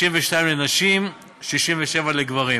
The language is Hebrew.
62 לנשים ו-67 לגברים.